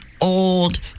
old